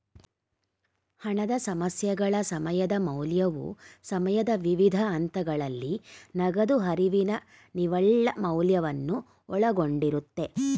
ಹಣದ ಸಮಸ್ಯೆಗಳ ಸಮಯದ ಮೌಲ್ಯವು ಸಮಯದ ವಿವಿಧ ಹಂತಗಳಲ್ಲಿ ನಗದು ಹರಿವಿನ ನಿವ್ವಳ ಮೌಲ್ಯವನ್ನು ಒಳಗೊಂಡಿರುತ್ತೆ